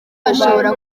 hashobora